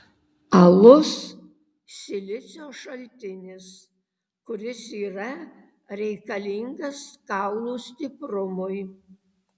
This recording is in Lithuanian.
alus silicio šaltinis kuris yra reikalingas kaulų stiprumui